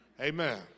Amen